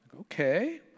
okay